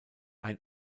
ein